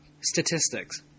statistics